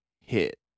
hit